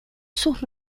sus